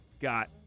got